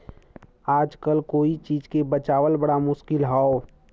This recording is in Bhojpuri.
आजकल कोई चीज के बचावल बड़ा मुश्किल हौ